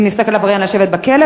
אם נפסק לעבריין לשבת בכלא,